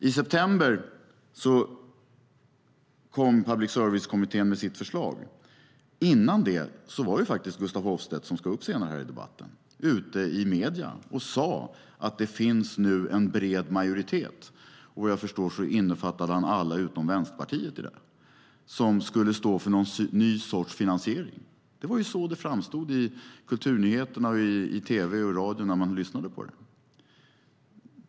I september kom Public service-kommittén med sitt förslag. Dessförinnan var faktiskt Gustaf Hoffstedt, som ska upp här senare i debatten, ute i medierna och sade att det nu fanns en bred majoritet - vad jag förstår innefattade han alla utom Vänsterpartiet i det - som skulle stå för en ny sorts finansiering. Det var så det framstod i Kulturnyheterna och i tv och i radio.